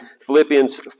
Philippians